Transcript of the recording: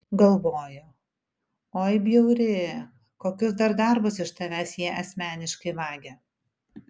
galvoju oi bjauri kokius dar darbus iš tavęs jie asmeniškai vagia